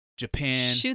japan